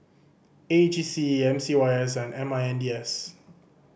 A G C M C Y S and M I N D S